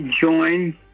join